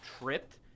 tripped